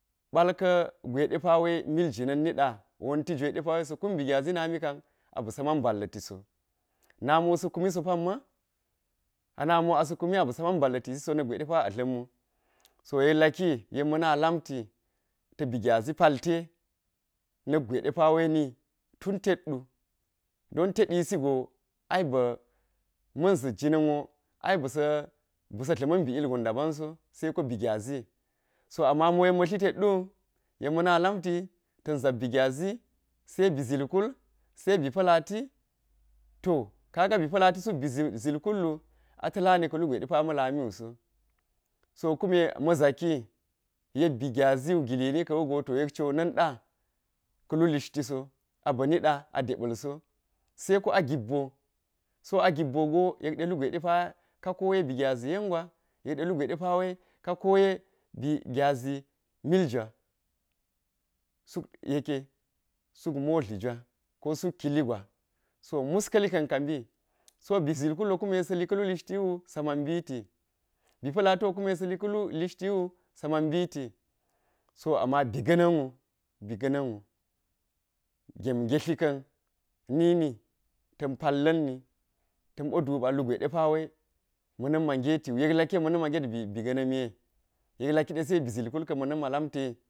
Ɓal ka̱ gwe depa we mil jina̱n niɗa wonti jwe depawe sa̱ kun bi gyazi nami kam abi sa man balla̱ti so, namo sakumi so pamma ana miwo sa̱ kumi a ba̱sa man balla̱tisi so na̱k kangwe depa a dla̱mwu so yek laki ma̱na lamti ta̱ bi gyazi palte na̱k gwe depa we ni tun teɗɗu don teɗisigo ai ba̱ ma̱n za̱t jina̱n wo ai ba̱sa̱ ba̱sa̱ dla̱ma̱n bi ilgon dabam se ko be gyazi so ama mo ma̱ tli teɗɗu yek ma̱na lamti ta̱n zak bi gyazi se bi ziy kul, se bi pa̱lati, to kaga bi pa̱lati suk bi zil kullu a ta̱lani ka̱lugwe ɗe ma̱ lamiwu so, so kume ma̱ zaki yek bi gyazi gilini ka̱wu go to yek cwiwo na̱n ɗa ka̱lu lishti so, a ba̱ niɗa a deɓalso seko a gibboo, so a gibboo go yekɗe lugwe ka koye bi gyazi yen gwa yek ɗe ilgwe koye bi gyazi milgwa, suk yeke suk modli jwa ko suk kili gwa so mus ka̱li ka̱n kambi so bi zil kullo kume sa̱li ka̱lu lishti wu sa man mbiti bi pa̱lati kume sa̱li ka̱lu lishti wu sa ma̱n mbiti so ama bi ga̱na̱n wu bi ga̱na̱nwu gem ngetli ka̱n nini ta̱n palla̱nni ta̱n ɓo duba lugwe depawe ma̱n ma ngeti wu, yek laki yek ma̱, na̱n ma ngeti bi ga̱na̱ miye yek laki se bi zil kul ka̱n ma̱ na̱mma lamtiye.